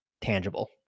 tangible